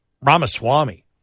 ramaswamy